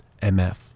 MF